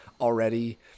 already